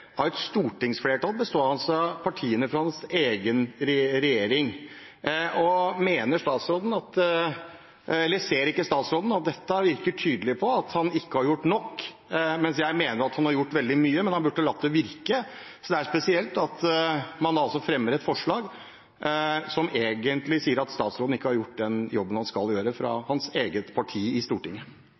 et stortingsflertall bestående av partiene fra hans egen regjering. Ser ikke statsråden at dette tydelig virker som om han ikke har gjort nok? Jeg mener at han har gjort veldig mye, men han burde latt det virke. Det er spesielt at man fra hans eget parti i Stortinget fremmer et forslag som egentlig sier at statsråden ikke har gjort den jobben han skal gjøre.